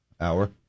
hour